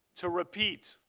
to repeat,